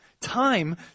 Time